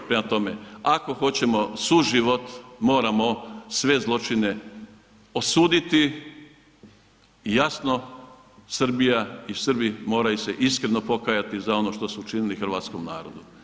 Prema tome, ako hoćemo suživot moramo sve zločine osuditi i jasno Srbija i Srbi moraju se iskreno pokajati za ono što su učinili hrvatskom narodu.